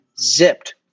zipped